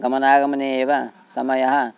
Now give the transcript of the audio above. गमनागमने एव समयः